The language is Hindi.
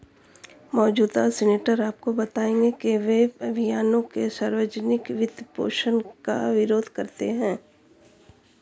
मौजूदा सीनेटर आपको बताएंगे कि वे अभियानों के सार्वजनिक वित्तपोषण का विरोध करते हैं